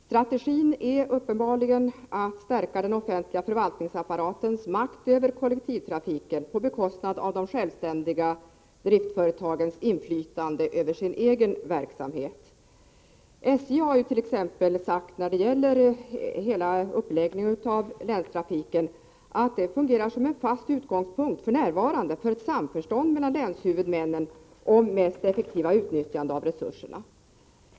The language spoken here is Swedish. Strategin är uppenbarligen att stärka den offentliga förvaltningsapparatens makt över kollektivtrafiken på bekostnad av de självständiga driftföretagens inflytande över sin egen verksamhet. SJ har när det gäller uppläggningen av länstrafiken sagt att det nuvarande systemet fungerar som en fast utgångspunkt för ett samförstånd mellan länshuvudmännen om det mest effektiva utnyttjandet av resurserna.